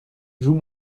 joue